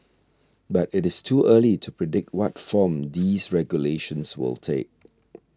but it is too early to predict what form these regulations will take